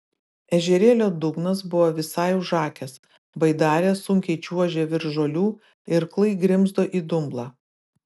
ežerėlio dugnas buvo visai užakęs baidarė sunkiai čiuožė virš žolių irklai grimzdo į dumblą